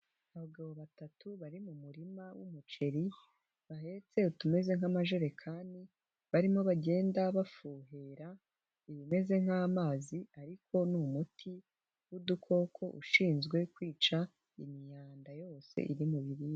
Abagabo batatu bari mu murima w'umuceri, bahetse utumeze nk'amajerekani, barimo bagenda bafuhera, ibimeze nk'amazi ariko ni umuti, w'udukoko ushinzwe kwica, imyanda yose iri mu biribwa.